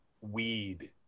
weed